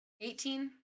Eighteen